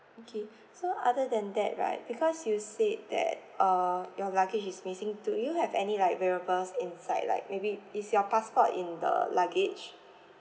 okay so other than that right because you said that err your luggage is missing do you have any like valuables inside like maybe is your passport in the luggage